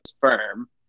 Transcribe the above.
firm